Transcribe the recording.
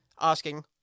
asking